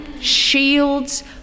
shields